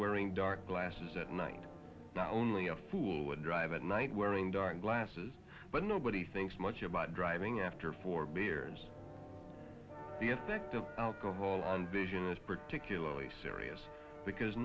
wearing dark glasses at night only a fool would drive at night wearing dark glasses but nobody thinks much about driving after four beers the effect of alcohol on vision is particularly serious because